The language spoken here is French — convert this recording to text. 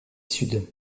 sud